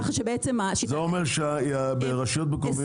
לשנות לברוטו-ברוטו.